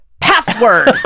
password